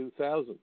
2000